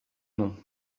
nom